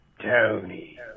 Tony